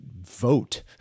vote